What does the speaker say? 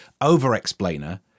over-explainer